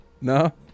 No